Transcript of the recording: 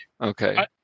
Okay